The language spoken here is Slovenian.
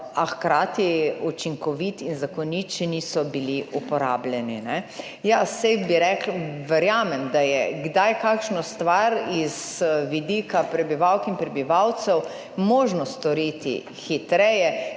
a hkrati učinkovit in zakonit še niso bili uporabljeni. Ja, saj, bi rekla, verjamem, da je kdaj kakšno stvar iz vidika prebivalk in prebivalcev možno storiti hitreje,